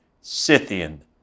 Scythian